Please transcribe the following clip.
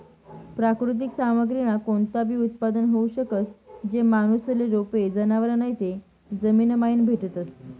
प्राकृतिक सामग्रीमा कोणताबी उत्पादन होऊ शकस, जे माणूसले रोपे, जनावरं नैते जमीनमाईन भेटतस